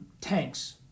tanks